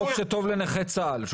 חוק שטוב לנכי צה"ל.